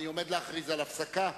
אני עומד להכריז על הפסקה.